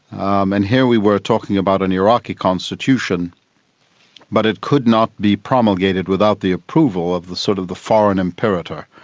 um and here we were talking about an iraqi constitution but it could not be promulgated without the approval of the sort of the foreign imperator,